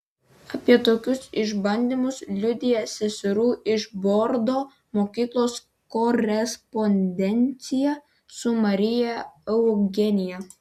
apie tokius išbandymus liudija seserų iš bordo mokyklos korespondencija su marija eugenija